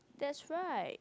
that's right